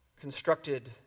constructed